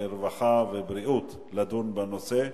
הרווחה והבריאות תדון בנושא.